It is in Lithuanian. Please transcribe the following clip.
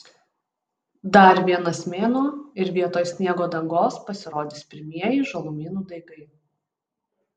dar vienas mėnuo ir vietoj sniego dangos pasirodys pirmieji žalumynų daigai